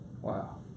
Wow